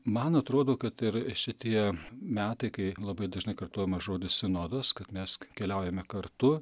man atrodo kad ir šitie metai kai labai dažnai kartojamas žodis sinodas kad mes keliaujame kartu